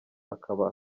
akaba